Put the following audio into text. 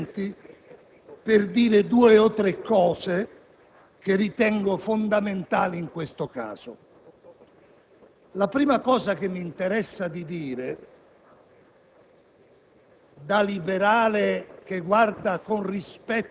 ma farò in modo che siano sufficienti per dire due o tre cose che ritengo fondamentali in questo caso. Il primo punto che mi interessa